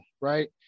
right